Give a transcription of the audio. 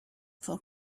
for